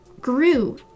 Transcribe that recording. grew